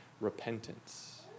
repentance